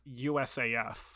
USAF